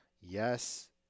yes